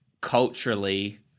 culturally